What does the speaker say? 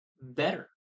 better